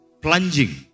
plunging